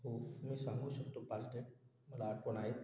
हो मी सांगू शकतो पाच डेट मला आठवण आहेत